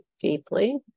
deeply